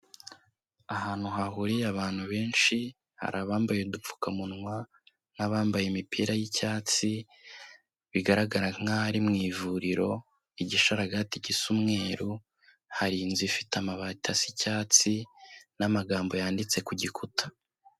Ahantu hahuriye abantu benshi, hari abambaye udupfukamunwa n'abambaye imipira y'icyatsi, bigaragara nk'aho ari mu ivuriro, igishararagati gisa umweruru, hari inzu ifite amabati asa icyatsi n'amagambo yanditse ku gikuta.